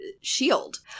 shield